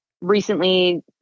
recently